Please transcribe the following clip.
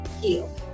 heal